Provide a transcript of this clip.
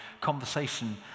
conversation